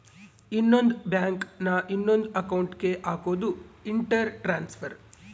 ಇನ್ನೊಂದ್ ಬ್ಯಾಂಕ್ ನ ಇನೊಂದ್ ಅಕೌಂಟ್ ಗೆ ಹಕೋದು ಇಂಟರ್ ಟ್ರಾನ್ಸ್ಫರ್